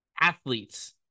athletes